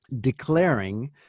declaring